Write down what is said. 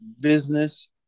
business